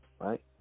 right